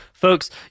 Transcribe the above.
Folks